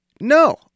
no